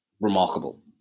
remarkable